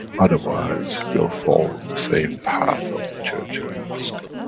otherwise, you'll fall in the same path of the church and mosque.